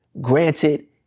granted